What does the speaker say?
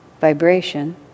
vibration